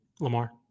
Lamar